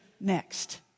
next